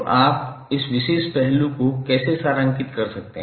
तो आप इस विशेष पहलू को कैसे सारांशित कर सकते हैं